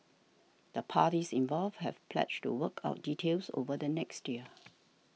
the parties involved have pledged to work out details over the next year